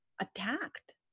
attacked